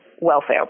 welfare